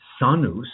sanus